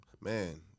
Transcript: Man